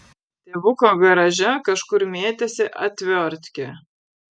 tėvuko garaže kažkur mėtėsi atviortkė